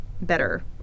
better